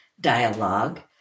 dialogue